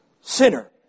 Sinner